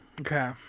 Okay